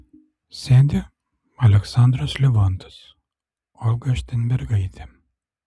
sėdi aleksandras livontas olga šteinbergaitė